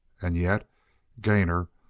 and yet gainor,